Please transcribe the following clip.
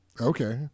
Okay